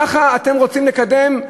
ככה אתם רוצים לקדם?